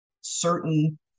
certain